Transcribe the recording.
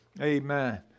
Amen